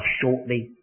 shortly